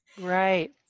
Right